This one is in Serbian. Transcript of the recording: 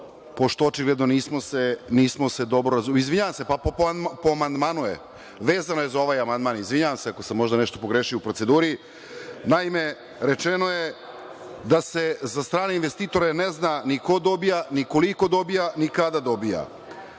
pošto očigledno nismo se dobro razumeli. Izvinjavam se, po amandmanu je, vezano je za ovaj amandman. Izvinjavam se ako sam možda nešto pogrešio u proceduri. Naime, rečeno je da se za strane investitore ne zna ni ko dobija, ni koliko dobija, ni kada dobija.